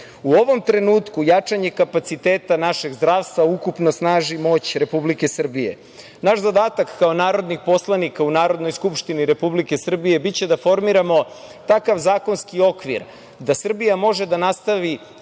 ovom trenutku jačanje kapaciteta našeg zdravstva ukupno snaži moć Republike Srbije. Naš zadatak kao narodnih poslanika u Narodnoj skupštini Republike Srbije biće da formiramo takav zakonskih okvir da Srbija može da nastavi